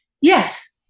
Yes